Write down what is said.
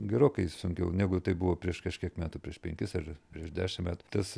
gerokai sunkiau negu tai buvo prieš kažkiek metų prieš penkis ar prieš dešimt metų tas